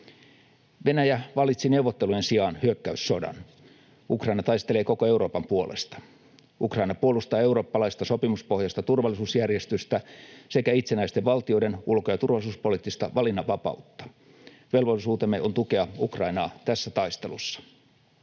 Venäjä valitsi neuvottelujen sijaan hyökkäyssodan. Ukraina taistelee koko Euroopan puolesta. Ukraina puolustaa eurooppalaista sopimuspohjaista turvallisuusjärjestystä sekä itsenäisten valtioiden ulko- ja turvallisuuspoliittista valinnanvapautta. Velvollisuutemme on tukea Ukrainaa tässä taistelussa.